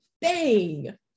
Bang